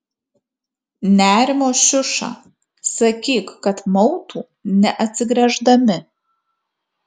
nerimo šiuša sakyk kad mautų neatsigręždami